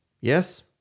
Yes